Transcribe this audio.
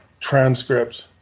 transcript